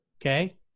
Okay